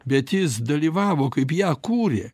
bet jis dalyvavo kaip ją kūrė